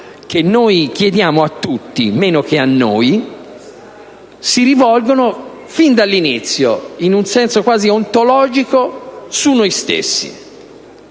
che noi chiediamo a tutti, meno che a noi, si rivolgono fin dall'inizio, in un senso quasi ontologico, su noi stessi.